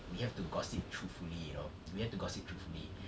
we have to gossip truthfully you know we have to gossip truthfully